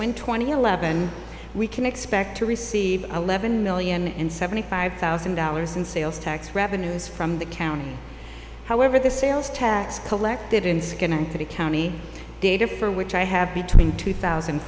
in twenty eleven we can expect to receive eleven million and seventy five thousand dollars in sales tax revenues from the county however the sales tax collected in schenectady county data for which i have between two thousand